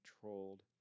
controlled